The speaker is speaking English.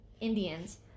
Indians